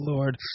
Lord